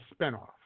spinoff